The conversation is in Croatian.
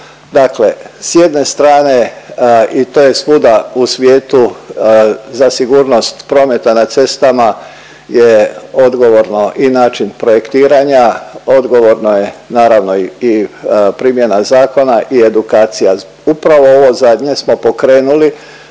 Dakle, s jedne strane i to je svuda u svijetu za sigurnost prometa na cestama je odgovorno i način projektiranja, odgovorna je naravno i primjena zakona i edukacija. Upravo ovo zadnje smo pokrenuli